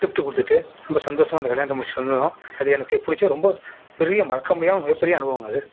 gift கொடுத்துட்டு ரொம்ப சந்தோசமா அந்த கல்யாணத்தை முடிச்சுட்டு வந்துட்டோம் அது எனக்கு பிடிச்ச ரொம்ப பெரிய மறக்க முடியாத மிகப் பெரிய அனுபவங்க அது